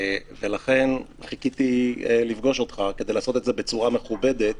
לכן חיכיתי לפגוש אותך כדי לעשות את זה בצורה מכובדת.